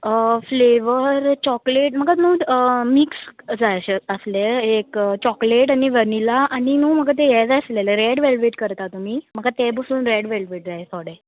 flavour chocolate म्हाका न्हू mix जाय अशे आसले एक चॉकलेट आनी व्हनिला आनी न्हू म्हाका तें हें जाय आसलेलें रेड वेलवेट करता तुमी म्हाका तें बसून रॅड वेलवेट जाय थोडे